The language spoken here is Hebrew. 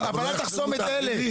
אבל לא לחסום את האחרים.